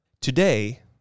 Today